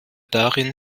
darin